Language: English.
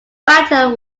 battle